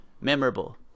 Memorable